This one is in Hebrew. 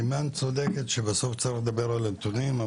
אימאן צודקת שבסוף צריך לדבר על נתונים,